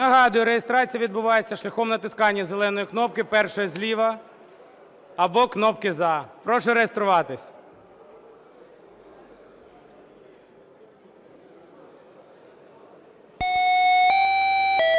Нагадую, реєстрація відбувається шляхом натискання зеленої кнопки першої зліва або кнопки "За". Прошу реєструватись. 10:00:28